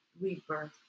rebirth